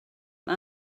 mae